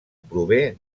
prové